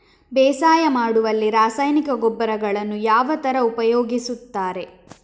ಬೇಸಾಯ ಮಾಡುವಲ್ಲಿ ರಾಸಾಯನಿಕ ಗೊಬ್ಬರಗಳನ್ನು ಯಾವ ತರ ಉಪಯೋಗಿಸುತ್ತಾರೆ?